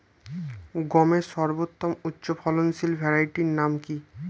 গমের সর্বোত্তম উচ্চফলনশীল ভ্যারাইটি নাম কি?